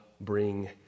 bring